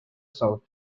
south